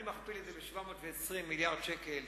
אני מכפיל את זה ב-720 מיליארד שקל,